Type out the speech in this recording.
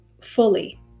fully